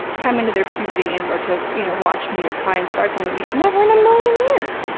come into their puberty and were to, you know, watch me or try and start something with me, never in a million years!